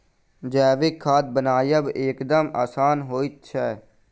जैविक खाद बनायब एकदम आसान होइत छै